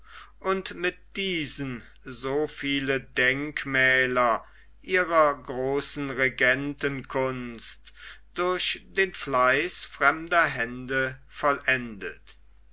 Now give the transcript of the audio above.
und mit diesen so viele denkmäler ihrer großen regentenkunst durch den fleiß fremder hände vollendet